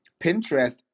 Pinterest